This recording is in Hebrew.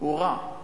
הוא רע,